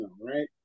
right